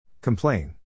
Complain